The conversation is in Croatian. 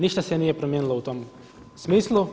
Ništa se nije promijenilo u tom smislu.